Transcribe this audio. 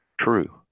true